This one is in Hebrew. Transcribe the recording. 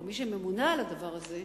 כמי שממונה על הדבר הזה,